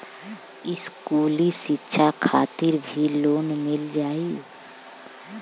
इस्कुली शिक्षा खातिर भी लोन मिल जाई?